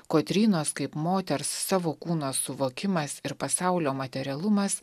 kotrynos kaip moters savo kūno suvokimas ir pasaulio materialumas